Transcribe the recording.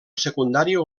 secundària